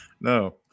No